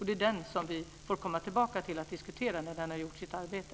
Det är den som vi får komma tillbaka till och diskutera när den har gjort sitt arbete.